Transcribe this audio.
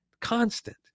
constant